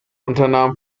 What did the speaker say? unternahm